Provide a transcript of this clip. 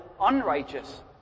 unrighteous